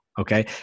okay